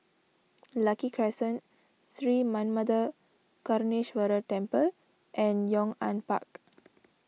Lucky Crescent Sri Manmatha Karuneshvarar Temple and Yong An Park